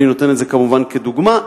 אני נותן את זה כמובן כדוגמה.